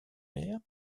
maire